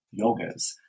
yogas